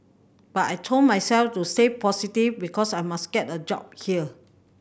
but I told myself to stay positive because I must get a job here